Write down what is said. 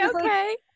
Okay